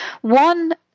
One